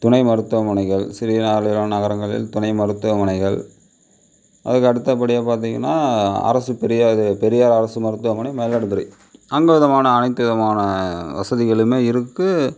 துணை மருத்துவமனைகள் சிறிய நாடுகளான நகரங்களில் துணை மருத்துவமனைகள் அதுக்கு அடுத்தபடியாக பார்த்தீங்கனா அரசு பெரியார் பெரியார் அரசு மருத்துவமனை மயிலாடுதுறை அங்கு விதமான அனைத்து விதமான வசதிகளுமே இருக்கு